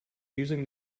using